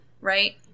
Right